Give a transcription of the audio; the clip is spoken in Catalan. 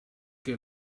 que